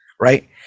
Right